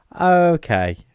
Okay